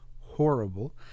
horrible